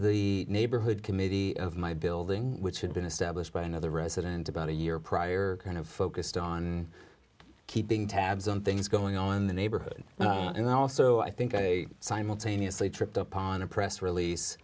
the neighborhood committee of my building which had been established by another resident about a year prior kind of focused on keeping tabs on things going on in the neighborhood and also i think i simultaneously tripped up on a press release